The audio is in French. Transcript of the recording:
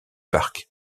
parc